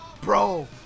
Bro